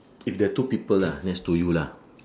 if there're two people lah next to you lah